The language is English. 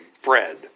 Fred